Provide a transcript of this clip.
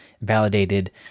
validated